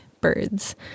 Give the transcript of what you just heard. birds